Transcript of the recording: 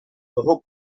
toho